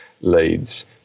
leads